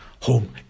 home